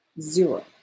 zero